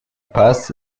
paz